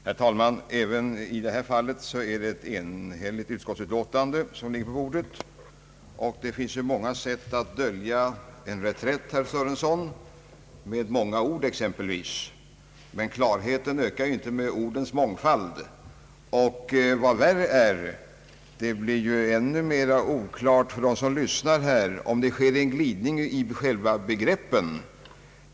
Herr talman! Även i det här fallet ligger ett enhälligt utskottsutlåtande på bordet. Det finns många sätt att dölja en reträtt, herr Sörenson, exempelvis med många ord. Men klarheten ökar inte med ordens mångfald, och vad värre är, det blir ju ännu mera oklart för dem som lyssnar, om det sker en glidning i begreppen.